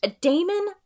Damon